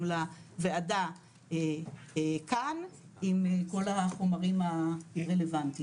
לוועדה כאן עם כל החומרים הרלוונטיים.